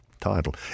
title